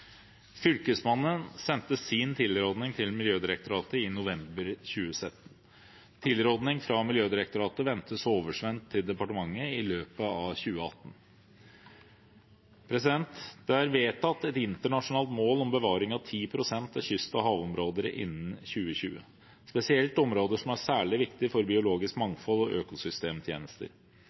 Fylkesmannen sendte sin tilrådning til Miljødirektoratet i november 2017. Tilrådning fra Miljødirektoratet ventes oversendt til departementet i løpet av 2018. Det er vedtatt et internasjonalt mål om bevaring av 10 pst. av kyst- og havområder innen 2020, spesielt områder som er særlig viktig for biologisk mangfold og økosystemtjenester.